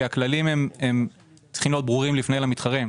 כי הכללים צריכים להיות ברורים לפני למתחרים.